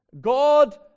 God